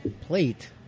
plate